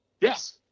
Yes